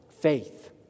faith